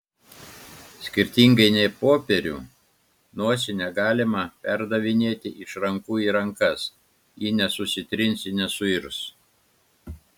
skirtingai nei popierių nosinę galima perdavinėti iš rankų į rankas ji nesusitrins ir nesuirs